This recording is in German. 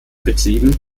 betrieben